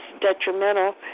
detrimental